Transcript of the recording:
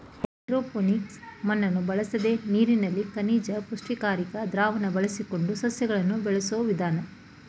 hydroponics ಮಣ್ಣನ್ನು ಬಳಸದೆ ನೀರಲ್ಲಿ ಖನಿಜ ಪುಷ್ಟಿಕಾರಿ ದ್ರಾವಣ ಬಳಸಿಕೊಂಡು ಸಸ್ಯಗಳನ್ನು ಬೆಳೆಸೋ ವಿಧಾನ